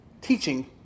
teaching